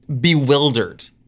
bewildered